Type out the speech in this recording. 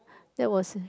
that was